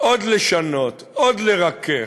עוד לשנות, עוד לרכך,